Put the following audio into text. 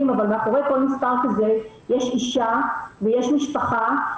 אבל מאחרי כל מספר כזה יש אישה ויש משפחה,